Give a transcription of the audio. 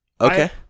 Okay